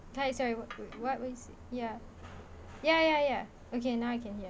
sorry sorry what what was ya ya ya ya okay now I can hear